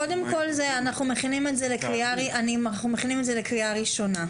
קודם כל אנחנו מכינים את זה לקריאה ראשונה.